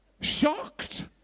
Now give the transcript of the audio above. shocked